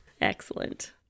Excellent